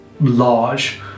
large